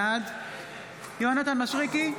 בעד יונתן מישרקי,